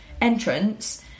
entrance